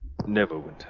Neverwinter